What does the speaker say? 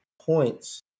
points